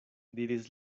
diris